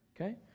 Okay